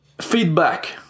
feedback